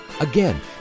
Again